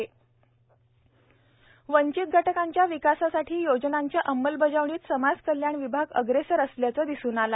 समाज कल्याण विभाग वंचीत घटकांच्या विकासासाठी योजनांच्या अंमलबजावणीत समाज कल्याण विभाग अग्रेसर असल्याचे दिसून आले